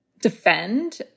defend